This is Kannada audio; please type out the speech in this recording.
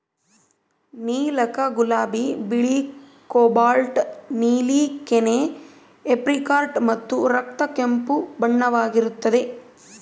ನೀಲಕ ಗುಲಾಬಿ ಬಿಳಿ ಕೋಬಾಲ್ಟ್ ನೀಲಿ ಕೆನೆ ಏಪ್ರಿಕಾಟ್ ಮತ್ತು ರಕ್ತ ಕೆಂಪು ಬಣ್ಣವಾಗಿರುತ್ತದೆ